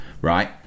right